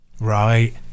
right